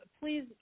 please